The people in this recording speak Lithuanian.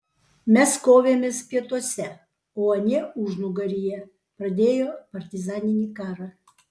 mes kovėmės pietuose o anie užnugaryje pradėjo partizaninį karą